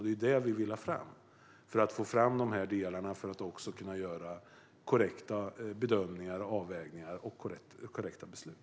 Det är det vi vill ha fram för att kunna göra korrekta bedömningar och avvägningar och fatta korrekta beslut.